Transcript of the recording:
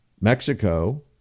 Mexico